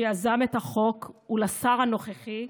שיזם את החוק, ולשר הנוכחי,